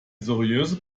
seriöse